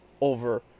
over